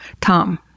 Tom